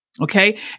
Okay